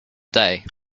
day